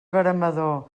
veremador